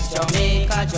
Jamaica